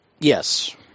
Yes